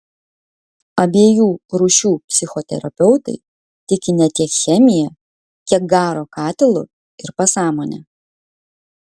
abiejų rūšių psichoterapeutai tiki ne tiek chemija kiek garo katilu ir pasąmone